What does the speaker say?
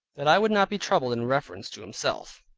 that i would not be troubled in reference to himself.